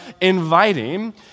inviting